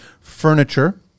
Furniture